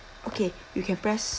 okay you can press